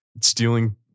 stealing